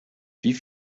wie